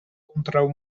kontraŭ